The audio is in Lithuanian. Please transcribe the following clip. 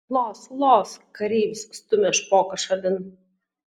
los los kareivis stumia špoką šalin